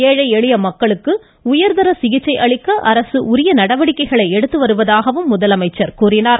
ஏழை எளிய மக்களுக்கு உயர்தர சிகிச்சை அளிக்க அரசு உரிய நடவடிக்கைகளை எடுத்து வருவதாக கூறினார்